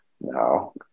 No